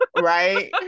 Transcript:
right